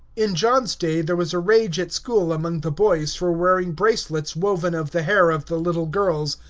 in john's day there was a rage at school among the boys for wearing bracelets woven of the hair of the little girls.